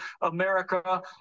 America